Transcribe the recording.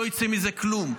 לא יצא מזה כלום,